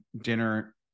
dinner